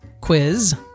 Quiz